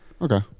Okay